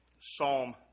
Psalm